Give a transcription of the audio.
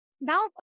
now